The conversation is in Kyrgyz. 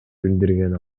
билдирген